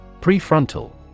Prefrontal